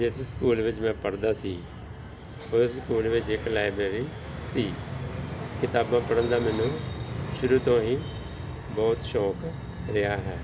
ਜਿਸ ਸਕੂਲ ਵਿੱਚ ਮੈਂ ਪੜ੍ਹਦਾ ਸੀ ਉਸ ਸਕੂਲ ਵਿੱਚ ਇੱਕ ਲਾਇਬਰੇਰੀ ਸੀ ਕਿਤਾਬਾਂ ਪੜ੍ਹਨ ਦਾ ਮੈਨੂੰ ਸ਼ੁਰੂ ਤੋਂ ਹੀ ਬਹੁਤ ਸ਼ੌਕ ਰਿਹਾ ਹੈ